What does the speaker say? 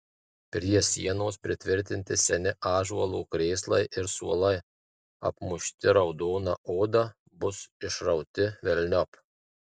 prie sienos pritvirtinti seni ąžuolo krėslai ir suolai apmušti raudona oda bus išrauti velniop